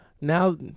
Now